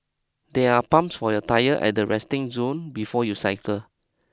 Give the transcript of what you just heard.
there are pumps for your tyre at the resting zone before you cycle